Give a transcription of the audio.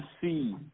see